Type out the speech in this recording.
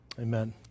amen